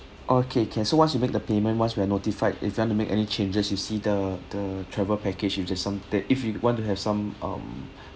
okay can so once you make the payment once we are notified if you want to make any changes you see the the travel package you if you want to have some um